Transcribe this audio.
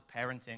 parenting